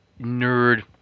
nerd